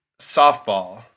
softball